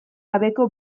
gabeko